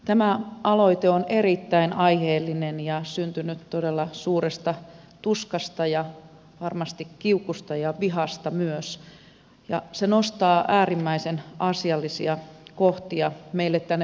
tämä aloite on erittäin aiheellinen ja syntynyt todella suuresta tuskasta ja varmasti kiukusta ja vihasta myös ja se nostaa äärimmäisen asiallisia kohtia meille tänne pohdittavaksi